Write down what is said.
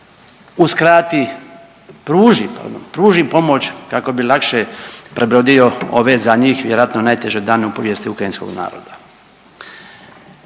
pardon, pruži pomoć kako bi lakše prebrodio ove, za njih, vjerojatno najteže dane u povijesti ukrajinskog naroda.